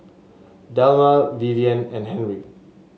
Delma Vivien and Henry